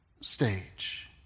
stage